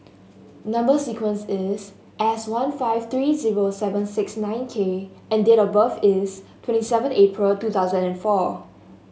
number sequence is S one five three zero seven six nine K and date of birth is twenty seven April two thousand and four